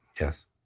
Yes